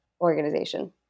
organization